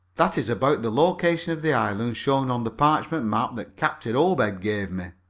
that is about the location of the island shown on the parchment map that captain obed gave me.